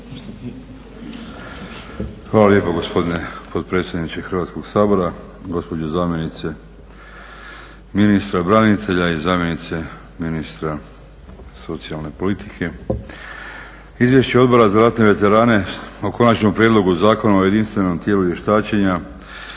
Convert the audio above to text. Hvala lijepa gospodine potpredsjedniče Hrvatskog sabora, gospođo zamjenice ministra branitelja i zamjenice ministra socijalne politike. Izvješće Odbora za ratne veterane o Konačnom prijedlogu Zakona o jedinstvenom tijelu vještačenja